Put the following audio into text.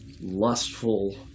lustful